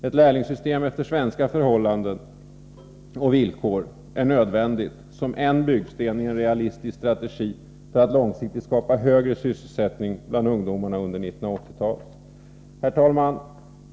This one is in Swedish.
Ett lärlingssystem anpassat efter svenska förhållanden och villkor är nödvändigt som en byggsten i en realistisk strategi för att man långsiktigt skall kunna skapa högre sysselsättning bland ungdomarna under 1980-talet. Herr talman!